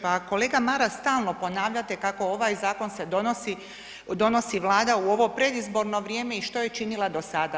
Pa kolega Maras, stalno ponavljate kako ovaj zakon se donosi, donosi Vlada u ovo predizborno vrijeme i što je činila do sada.